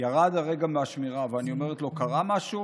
ירד הרגע מהשמירה, ואני אומרת לו: קרה משהו?